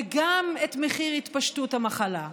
וגם את מחיר התפשטות המחלה.